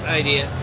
idea